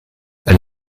elle